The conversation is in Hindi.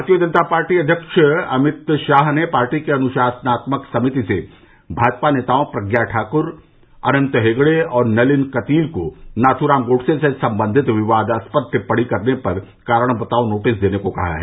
भारतीय जनता पार्टी अव्यक्ष अमित शाह ने पार्टी की अनुशासनात्मक समिति से भाजपा नेताओं प्रज्ञा सिंह ठाकुर अनन्त हेगड़े और नलिन कतील को नाथ्राम गोडसे से संबंधित विवादास्पद टिप्पणी करने पर कारण बताओ नोटिस देने को कहा है